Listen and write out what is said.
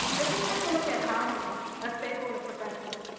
if we take a look at housing a staple in the profession,